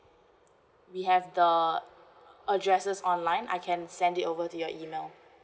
we have the addresses online I can send it over to your email